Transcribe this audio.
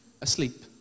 Asleep